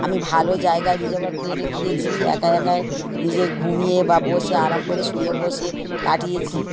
আমি ভালো জায়গায় রিজার্ভ ট্রেনে গিয়েছি একা একা নিজে ঘুমিয়ে বা বসে আরাম করে শুয়ে বসে কাটিয়েছি